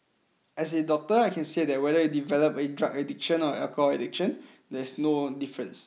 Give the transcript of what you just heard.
as a doctor I can say that whether you develop a drug addiction or alcohol addiction there is no difference